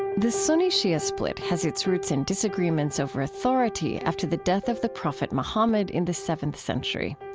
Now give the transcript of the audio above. the sunni-shia split has its roots in disagreements over authority after the death of the prophet mohammed in the seventh century.